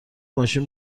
ماشین